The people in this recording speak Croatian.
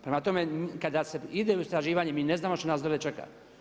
Prema tome, kada se ide u istraživanje mi ne znamo šta nas dolje čeka.